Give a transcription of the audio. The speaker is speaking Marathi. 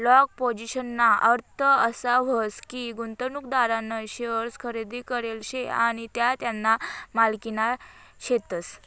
लाँग पोझिशनना अर्थ असा व्हस की, गुंतवणूकदारना शेअर्स खरेदी करेल शे आणि त्या त्याना मालकीना शेतस